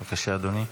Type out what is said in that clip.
בבקשה, אדוני.